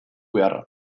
beharra